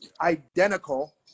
identical